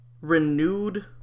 renewed